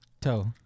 toe